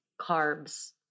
carbs